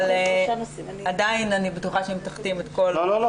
אבל עדיין אני בטוחה שאם תחתים את כל חברי הוועדה --- לא,